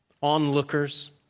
onlookers